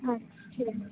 हां ठीक ऐ